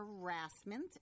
harassment